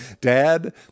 Dad